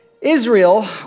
Israel